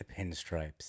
pinstripes